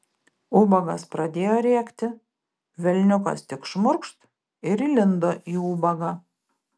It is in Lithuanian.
ubagas pradėjo rėkti velniukas tik šmurkšt ir įlindo į ubagą